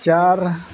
ᱪᱟᱨ